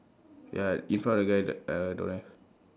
ya in front of the guy that uh don't have